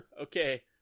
okay